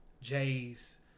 J's